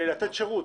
לתת שירות.